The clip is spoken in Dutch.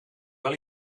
wel